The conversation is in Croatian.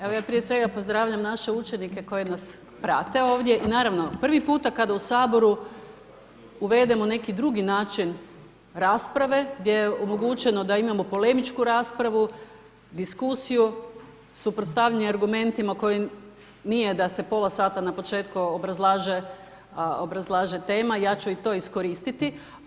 Evo, ja prije svega pozdravljam naše učenike koji nas prate ovdje i naravno, prvi puta kada u Saboru uvedemo neki drugi način rasprave, gdje je omogućeno da imamo polemičku raspravu, diskusiju, suprotstavljanje argumentima koji, nije da se pola sata na početku obrazlaže tema, ja ću i to iskoristiti.